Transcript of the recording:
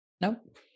Nope